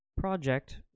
project